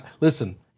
Listen